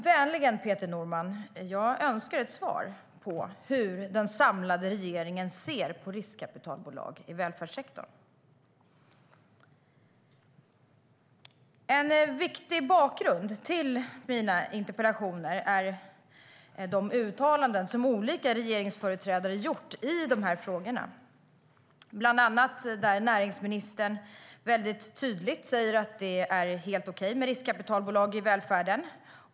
Vänligen, Peter Norman, ber jag att få svar på frågan hur den samlade regeringen ser på riskkapitalbolag i välfärdssektorn. En viktig bakgrund till mina interpellationer är de uttalanden som olika regeringsföreträdare gjort i dessa frågor. Bland annat säger näringsministern mycket tydligt att det är helt okej med riskkapitalbolag i välfärden.